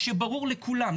כשברור לכולם,